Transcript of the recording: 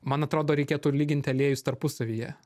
man atrodo reikėtų lyginti aliejus tarpusavyje